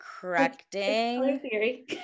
correcting